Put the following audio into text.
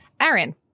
Aaron